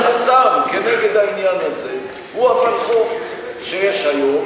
והחסם כנגד העניין הזה הוא הוולחו"ף שיש היום,